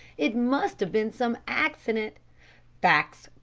it must have been some accident facts,